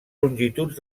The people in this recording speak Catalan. longituds